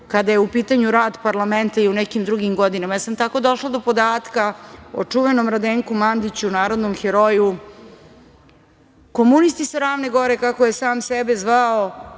kada je u pitanju rad parlamenta i u nekim drugim godinama. Ja sam tako došla do podatka o čuvenom Radenku Mandiću, narodnom heroju, komunisti sa Ravne Gore, kako je sam sebe zvao,